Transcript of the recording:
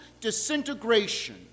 disintegration